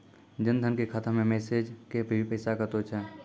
जन धन के खाता मैं मैसेज के भी पैसा कतो छ?